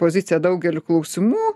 poziciją daugeliu klausimų